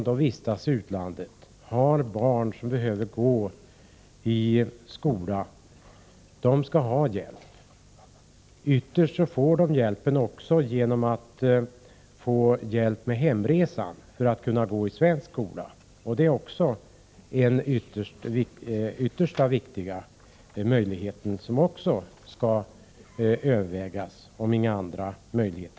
De som bor i utlandet och har barn som går i skolan skall ha hjälp om de har kommit på obestånd. Ytterst får de hjälp med kostnaderna för hemresan, så att barnen kan gå i svensk skola. Det är alltså en möjlighet som ges, om problemet inte kan lösas på annat sätt.